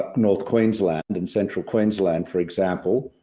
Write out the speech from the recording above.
north queensland and central queensland for example,